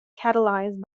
catalyzed